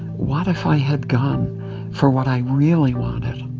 what if i had gone for what i really wanted?